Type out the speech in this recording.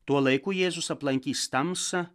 tuo laiku jėzus aplankys tamsą